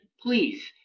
please